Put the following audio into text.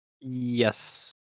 Yes